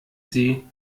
sie